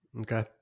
okay